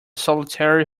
solitary